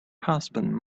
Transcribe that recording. husband